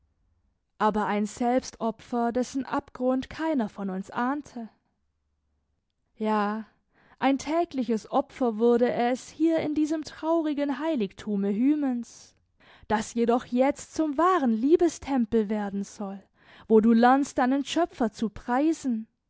aber ein selbstopfer dessen abgrund keiner von uns ahnte ja ein tägliches opfer wurde es hier in diesem traurigen heiligtume hymens das jedoch jetzt zum wahren liebestempel werden soll wo du lernst deinen schöpfer zu preisen